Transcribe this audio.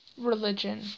religion